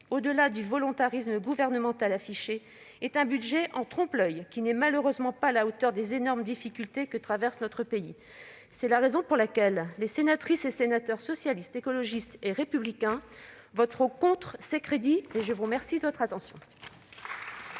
au-delà du volontarisme gouvernemental affiché, est en trompe-l'oeil. Il n'est malheureusement pas à la hauteur des énormes difficultés que traverse notre pays. C'est la raison pour laquelle les sénatrices et sénateurs Socialistes, Écologistes et Républicains voteront contre ces crédits. La parole est à la toute jeune